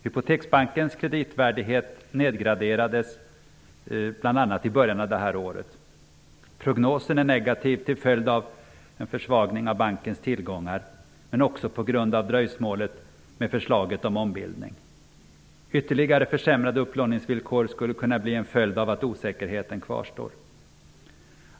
Hypoteksbankens kreditvärdighet nedgraderades i början av detta år. Prognosen är negativ till följd av en försvagning av bankens tillgångar, men också på grund av dröjsmålet med förslaget om ombildning. Ytterligare försämrade upplåningsvillkor skulle kunna bli en följd av att osäkerheten kvarstår.